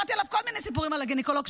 שמעתי כל מיני סיפורים על הגינקולוג.